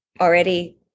already